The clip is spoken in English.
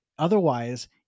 Otherwise